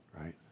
right